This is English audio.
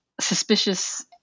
suspicious